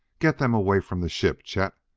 get them away from the ship, chet.